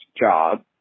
job